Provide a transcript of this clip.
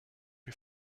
est